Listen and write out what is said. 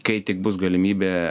kai tik bus galimybė